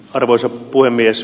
arvoisa puhemies